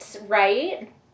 right